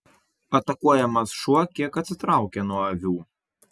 atakuojamas šuo kiek atsitraukė nuo avių